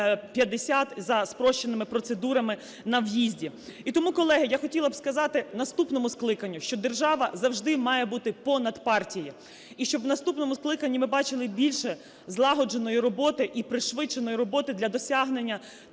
за спрощеними процедурами на в'їзді. І тому, колеги, я хотіла б сказати наступному скликанню, що держава завжди має бути понад партії. І щоб в наступному скликанні ми бачили більше злагодженої роботи і пришвидшеної роботи для досягнення